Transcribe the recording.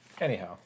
Anyhow